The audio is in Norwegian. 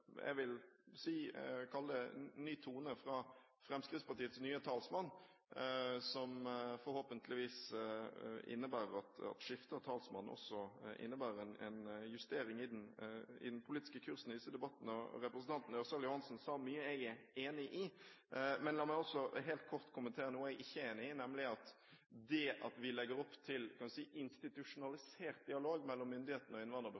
jeg vil kalle det – fra Fremskrittspartiets nye talsmann, som forhåpentligvis innebærer at skifte av talsmann også innebærer en justering i den politiske kursen i disse debattene. Representanten Ørsal Johansen sa mye som jeg er enig i, men la meg helt kort kommentere noe jeg ikke er enig i, nemlig at det at vi legger opp til «institusjonalisert dialog» mellom myndighetene og